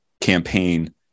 campaign